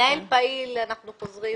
מנהל פעיל, אנחנו חוזרים